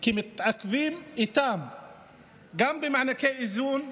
כי מתעכבים איתם במענקי איזון,